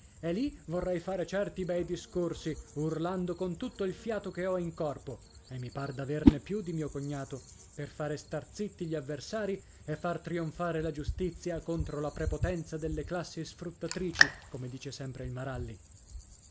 e lì vorrei fare certi bei discorsi urlando con tutto il fiato che ho in corpo per fare stare zitti gli avversari e far trionfare la giustizia contro la prepotenza delle classi sfruttatrici come dice sempre il maralli